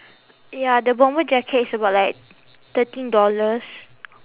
ya the bomber jacket is about like thirteen dollars